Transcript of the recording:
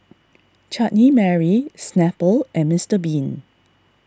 Chutney Mary Snapple and Mister Bean